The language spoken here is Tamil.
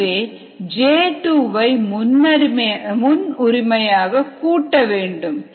எனவே J2 வை முன்னுரிமையாக கூட்ட வேண்டும்